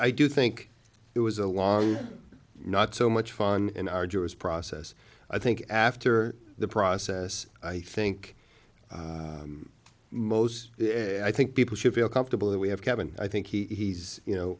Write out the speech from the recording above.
i do think it was a long not so much fun and arduous process i think after the process i think most i think people should feel comfortable that we have kevin i think he's you know